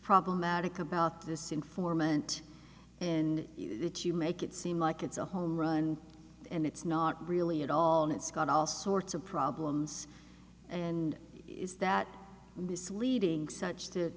problematic about this informant and it's you make it seem like it's a homerun and it's not really at all and it's got all sorts of problems and is that misleading such to